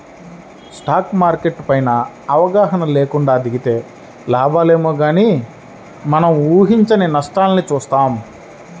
stock market పైన అవగాహన లేకుండా దిగితే లాభాలేమో గానీ మనం ఊహించని నష్టాల్ని చూత్తాం